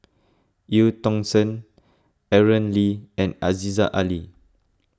Eu Tong Sen Aaron Lee and Aziza Ali